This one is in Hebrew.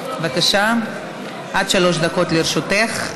בבקשה, עד שלוש דקות לרשותך.